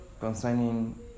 Concerning